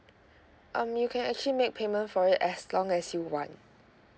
um you can actually make payment for it as long as you want